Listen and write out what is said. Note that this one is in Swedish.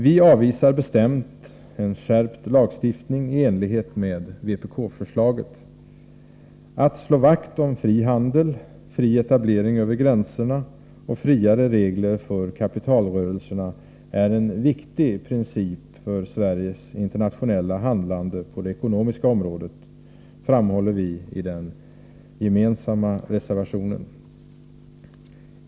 Vi avvisar en skärpt lagstiftning i enlighet med vpk-förslaget. Att slå vakt om fri handel, fri etablering över gränserna och friare regler för kapitalrörelserna är en viktig princip för Sveriges internationella handlande på det ekonomiska området, framhåller vi i den gemensamma reservationen.